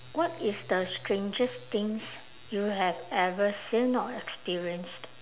what is the strangest things you have ever seen or experienced